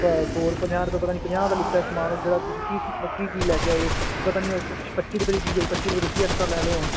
ਪੰਜਾਹ ਦਾ ਲਿਤਾ ਸਮਾਨ ਜਿਹੜਾ ਤੁਸੀਂ ਕੀ ਲੈ ਕੇ ਆਏ ਹੋ ਪਤਾ ਨਹੀਂ ਉਹ ਪੱਚੀ ਰੁਪਏ ਦੀ ਚੀਜ ਹੋ ਪੱਚੀ ਰੁਪਏ ਤੁਸੀਂ ਜਿਆਦਾ ਲੈ ਲਿਆ ਹੋਣ